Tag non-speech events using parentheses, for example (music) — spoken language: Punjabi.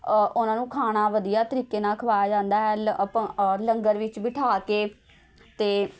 ਉਹਨਾਂ ਨੂੰ ਖਾਣਾ ਵਧੀਆ ਤਰੀਕੇ ਨਾਲ਼ ਖਵਾਇਆ ਜਾਂਦਾ ਹੈ (unintelligible) ਲੰਗਰ ਵਿੱਚ ਬਿਠਾ ਕੇ ਅਤੇ